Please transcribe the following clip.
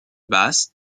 basse